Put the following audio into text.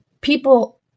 people